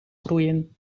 groeien